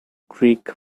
creek